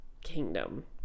kingdom